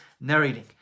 narrating